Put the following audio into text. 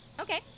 Okay